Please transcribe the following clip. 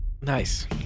Nice